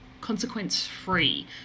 consequence-free